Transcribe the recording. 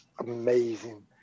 Amazing